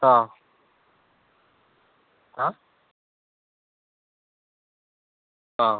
ହଁ ହଁ